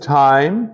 time